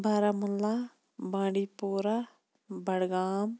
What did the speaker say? Baramulla Bandipora Budgam